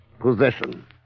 possession